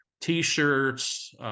T-shirts